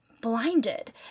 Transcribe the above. blinded